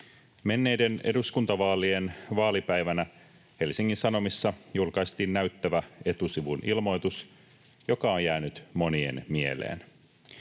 Menneiden eduskuntavaalien vaalipäivänä Helsingin Sanomissa julkaistiin näyttävä etusivun ilmoitus, joka on jäänyt monien mieleen.